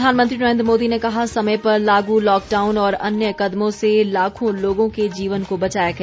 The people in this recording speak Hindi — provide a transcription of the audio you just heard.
प्रधानमंत्री नरेन्द्र मोदी ने कहा समय पर लागू लॉकडाउन और अन्य कदमों से लाखों लोगों के जीवन को बचाया गया